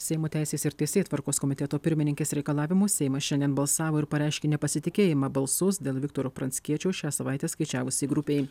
seimo teisės ir teisėtvarkos komiteto pirmininkės reikalavimu seimas šiandien balsavo ir pareiškė nepasitikėjimą balsus dėl viktoro pranckiečio šią savaitę skaičiavusiai grupei